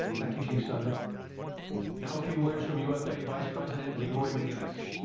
thank you, chief. select now, a few words from u. f, a vice president lee roy mcginnis